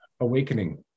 awakening